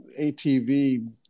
ATV